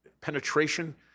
penetration